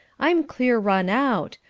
i'm clear run out,